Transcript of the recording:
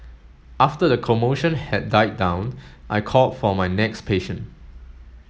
after the commotion had died down I called for my next patient